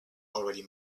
already